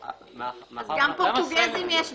גם עם הפורטוגזים יש בעיה.